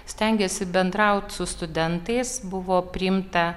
stengėsi bendraut su studentais buvo priimta